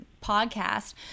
podcast